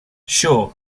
sure